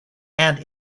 and